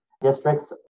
districts